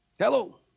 Hello